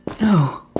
No